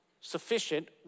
sufficient